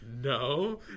no